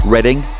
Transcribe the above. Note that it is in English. Reading